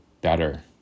better